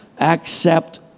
Accept